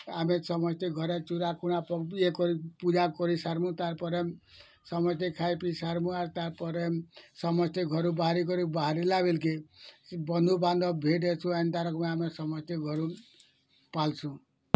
ଆମେ ସମସ୍ତେ ଘରେ ଚୁରାକୁରା ୟେ କରି ପୂଜା କରି ସାର୍ମୁଁ ତାପରେ ସମସ୍ତେ ଖାଇପିଇ ସାର୍ମୁଁ ଆଉ ତାର୍ପରେ ସମସ୍ତେ ଘରୁ ବାହାରିକରି ବାହରିଲା ବେଲ୍କେ ବନ୍ଧୁବାନ୍ଧବ ଭେଟ୍ ଏଛୁ ଏନ୍ତାର ଆମେ ସମସ୍ତେ ଘରୁ ପାଲ୍ଛୁ